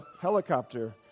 helicopter